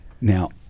now